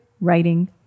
writing